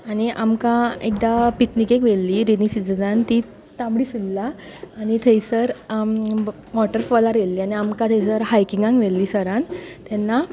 आनी आमकां एकदां पिकनिकेक व्हेल्ली रेनी सिजनान ती तांबडीसुर्ला आनी थंयसर वॉटरफॉलार येल्ली आनी आमकां थंयसर हायकिगांक व्हेल्ली सरान तेन्ना